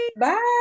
Bye